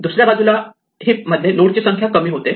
दुसऱ्या बाजूला हिप मध्ये नोडची संख्या कमी होते